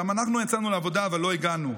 גם אנחנו יצאנו לעבודה אבל לא הגענו.